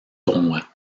tournoi